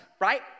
right